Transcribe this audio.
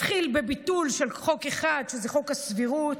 התחיל בביטול של חוק אחד, שזה חוק הסבירות,